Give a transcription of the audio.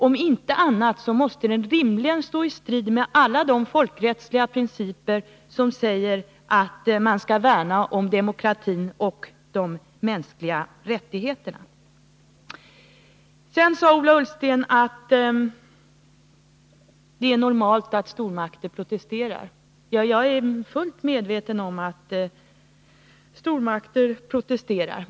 Om inte annat så måste den rimligen stå i strid med alla de folkrättsliga principer som innebär att man skall värna om demokratin och de mänskliga rättigheterna. Sedan sade Ola Ullsten att det är normalt att stormakter protesterar. Ja, jagär fullt medveten om att stormakter protesterar.